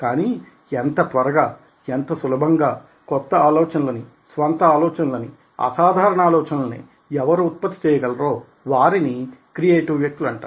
కానీ ఎంత త్వరగా ఎంత సులభంగా కొత్త ఆలోచనలని స్వంత ఆలోచనలని అసాధారణ ఆలోచనలని ఎవరు ఉత్పత్తి చేయగలరో వారిని క్రియేటివ్ వ్యక్తులు అంటారు